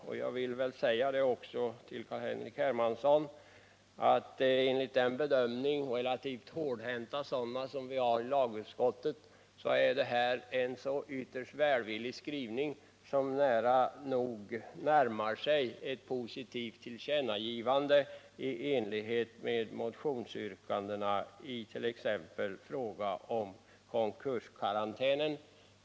Men jag vill säga till Carl-Henrik Hermansson att detta, i jämförelse med de relativt hårdhänta bedömningar vi brukar göra i lagutskottet, är en så ytterst välvillig skrivning att den nära nog närmar sig ett positivt tillkännagivande i enlighet med motionsyrkandena, t.ex. i fråga om konkurskarantän.